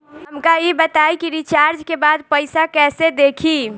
हमका ई बताई कि रिचार्ज के बाद पइसा कईसे देखी?